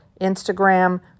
Instagram